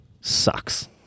sucks